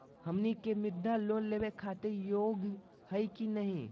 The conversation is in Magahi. हमनी के मुद्रा लोन लेवे खातीर योग्य हई की नही?